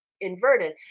inverted